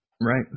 Right